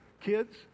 Kids